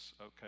okay